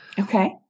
Okay